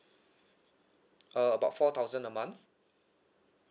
uh about four thousand a month